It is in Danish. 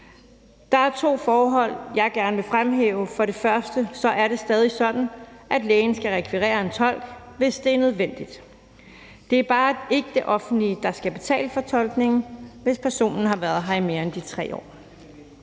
Der er to forhold, jeg gerne vil fremhæve. For det første er det stadig sådan, at lægen skal rekvirere en tolk, hvis det er nødvendigt. Det er bare ikke det offentlige, der skal betale for tolkningen, hvis personen har været her i mere end 3 år.